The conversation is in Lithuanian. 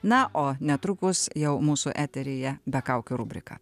na o netrukus jau mūsų eteryje be kaukių rubrika